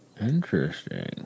Interesting